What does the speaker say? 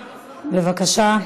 בבקשה,